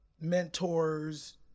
mentors